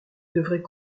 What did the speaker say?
devrait